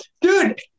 Dude